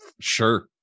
sure